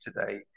today